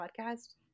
podcast